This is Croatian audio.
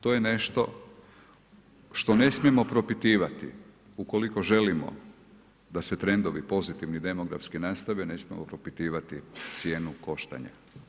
To je nešto, što ne smijemo propitivati, ukoliko želimo da se trendovi pozitivni, demografski nastave, ne smijemo propitivati cijenu koštanja.